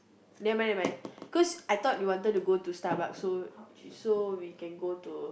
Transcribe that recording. never mind never mind cause I thought you wanted to go to Starbucks so so we can go to